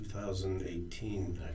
2018